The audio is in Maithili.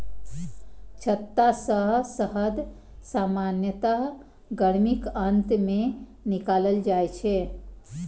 छत्ता सं शहद सामान्यतः गर्मीक अंत मे निकालल जाइ छै